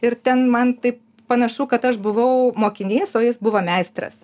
ir ten man taip panašu kad aš buvau mokinys o jis buvo meistras